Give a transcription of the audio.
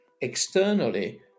externally